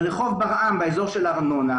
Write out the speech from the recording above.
רחוב ברעם באזור של ארנונה,